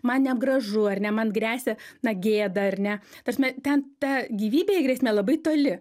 man negražu ar ne man gresia na gėda ar ne ta prasme ten ta gyvybei grėsmė labai toli